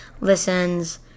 listens